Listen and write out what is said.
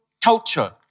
culture